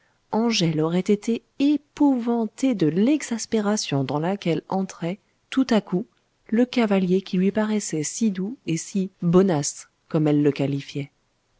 angèle aurait été épouvantée de l'exaspération dans laquelle entrait tout à coup le cavalier qui lui paraissait si doux et si bonasse comme elle le qualifiait